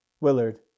Willard